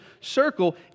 circle